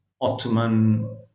Ottoman